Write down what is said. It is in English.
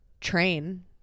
train